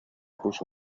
puso